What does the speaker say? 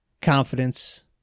confidence